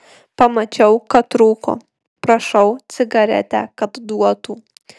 pamačiau kad rūko prašau cigaretę kad duotų